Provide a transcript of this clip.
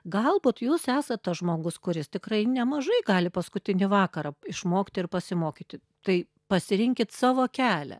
galbūt jūs esat tas žmogus kuris tikrai nemažai gali paskutinį vakarą išmokti ir pasimokyti tai pasirinkit savo kelią